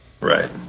Right